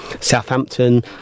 Southampton